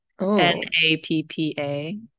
N-A-P-P-A